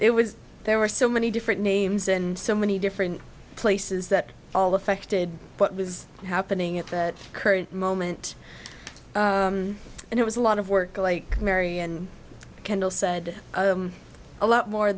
it was there were so many different names and so many different places that all affected what was happening at the current moment and it was a lot of work like mary and kendall said a lot more